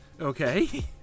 okay